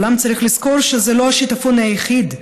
אולם צריך לזכור שזה לא השיטפון היחיד,